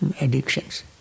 addictions